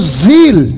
zeal. (